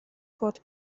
cod